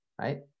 right